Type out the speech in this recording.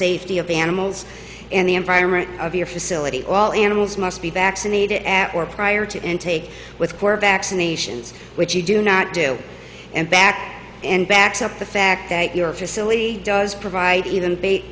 safety of the animals and the environment of your facility all animals must be vaccinated or prior to intake with core vaccinations which you do not do and back and backs up the fact that your facility does provide even bait